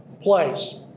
place